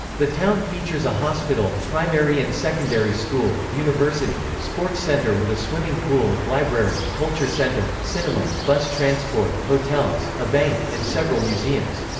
the town features a hospital, primary and secondary school, university, sports center with a swimming pool, library, culture center, cinema, bus transport, hotels, a bank, and several museums.